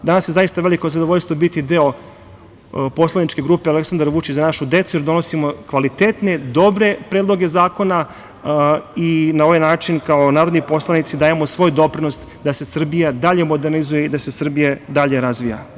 Danas je zaista veliko zadovoljstvo biti deo poslaničke grupe Aleksandar Vučić – Za našu decu, jer donosimo kvalitetne, dobre predloge zakona i na ovaj način kao narodni poslanici dajemo svoj doprinos da se Srbija dalje modernizuje i da se Srbija dalje razvija.